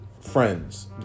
friends